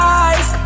eyes